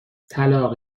طلاق